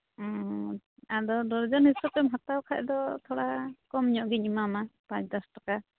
ᱟᱫᱚ ᱰᱚᱡᱚᱱ ᱦᱤᱥᱟᱹᱛᱮᱢ ᱦᱟᱛᱟᱣ ᱠᱷᱟᱱ ᱫᱚ ᱛᱷᱚᱲᱟ ᱠᱚᱢ ᱧᱚᱜ ᱜᱤᱧ ᱮᱢᱟᱢᱟ ᱯᱮᱸᱪ ᱫᱚᱥ ᱴᱟᱠᱟ